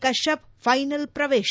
cutoff final ಪ್ರವೇಶ